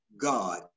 God